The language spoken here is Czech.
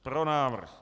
Pro návrh.